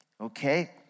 okay